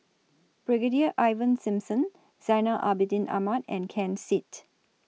Brigadier Ivan Simson Zainal Abidin Ahmad and Ken Seet